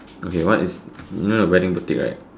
okay what is you know the wedding boutique right